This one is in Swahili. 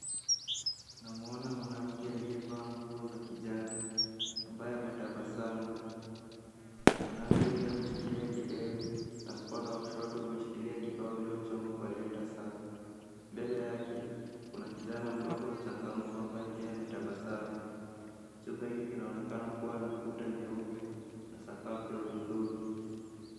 Tunamuona mwanamke aliyevaa nguo za kijani ambaye ametabasamu. Mwanamke huyo ameshikilia kidevu na mkono wa kushoto umeshikilia kibao uliochongwa kwa herufi S. Mbele yake kuna kijana mdogo mchangamfu ambaye pia ametabasamu. Chumba hiki kinaonekana kuwa kuta nyeupe na sakafu ya hudhurungi.